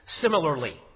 similarly